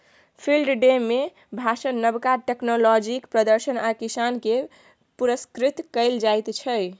field day मे भाषण, नबका टेक्नोलॉजीक प्रदर्शन आ किसान केँ पुरस्कृत कएल जाइत छै